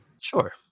Sure